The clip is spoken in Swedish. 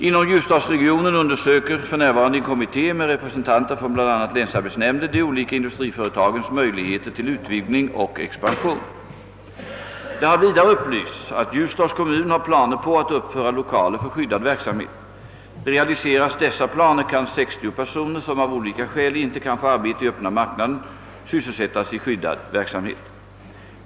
Inom = ljusdalsregionen undersöker för närvarande en kommitté med representanter för bl.a. länsarbetsnämnden de olika industriföretagens möjligheter till utvidgning och expansion. Det har vidare upplysts att Ljusdals kommun har planer på att uppföra lokaler för skyddad verksamhet. Realiseras dessa planer kan 60 personer, som av olika skäl inte kan få arbete i öppna marknaden, sysselsättas i skyddad verksamhet.